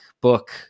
book